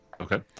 okay